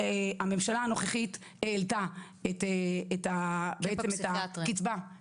הממשלה הנוכחית העלתה את הקצבה,